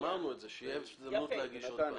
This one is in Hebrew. אמרנו את זה, שתהיה הזדמנות להגיש עוד פעם.